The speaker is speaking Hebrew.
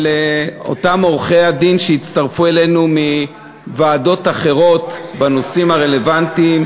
לאותם עורכי-הדין שהצטרפו אלינו מוועדות אחרות בנושאים הרלוונטיים,